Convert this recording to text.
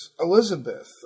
Elizabeth